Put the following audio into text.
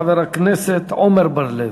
חבר הכנסת עמר בר-לב.